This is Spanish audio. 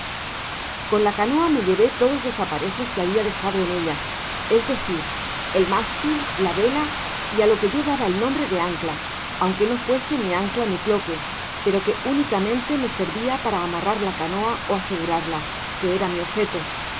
con la canoa me llevé todos los aparejos que habia dejado en ella es decir el mástil la vela y á lo que yo daba el nombre de ancla aunque no mese ni ancla ni cloque pero que únicamente me servia para amarrar la canoa ó asegurarla que era mi objeto